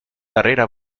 darrera